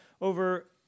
Over